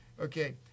Okay